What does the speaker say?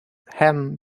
ham